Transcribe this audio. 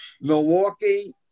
Milwaukee